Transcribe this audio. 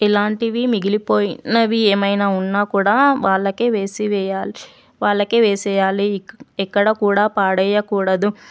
ఇలాంటివి మిగిలిపోయినవి ఏమైనా ఉన్నా కూడా వాళ్ళకే వేసెయ్యాలి వాళ్ళకే వేసెయ్యాలి ఎక్కడ కూడా పడెయ్యకూడదు